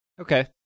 Okay